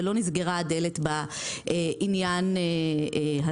ולא נסגרה הדלת בעניין הזה,